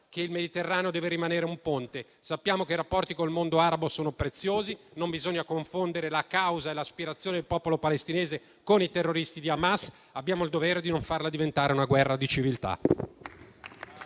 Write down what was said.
che il Mediterraneo deve rimanere un ponte, sappiamo che i rapporti col mondo arabo sono preziosi, non bisogna confondere la causa e l'aspirazione del popolo palestinese con i terroristi di Hamas. Abbiamo il dovere di non farla diventare una guerra di civiltà.